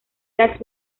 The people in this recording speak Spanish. las